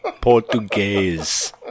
Portuguese